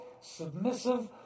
submissive